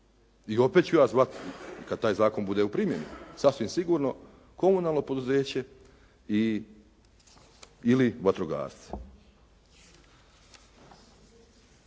i opet ću ja zvati kad taj zakon bude u primjeni sasvim sigurno komunalno poduzeće ili vatrogasce.